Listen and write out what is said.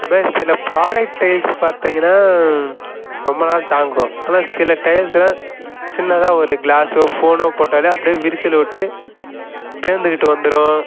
அதுமாரி சில product tiles பார்த்திங்கன்னா ரொம்ப நாள் தாங்கும் ஆனால் சில டைல்ஸ்லாம் சின்னதாக ஒரு கிளாஸோ ஃபோனோ போட்டாலே அப்படியே விரிசல் விட்டு பேந்துக்கிட்டு வந்துடும்